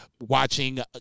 watching